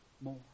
more